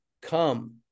come